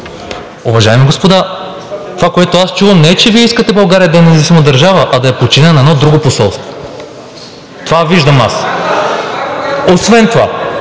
Уважаеми господа, това, което аз чувам, не е, че Вие искате България да е независима държава, а да е подчинена на едно друго посолство, това виждам аз. Освен това